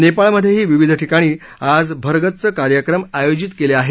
नेपाळमधेही विविध ठिकाणी आज भरगच्च कार्यक्रम आयोजित केले आहेत